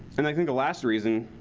and i think the last reason,